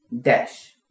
dash